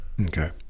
okay